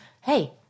hey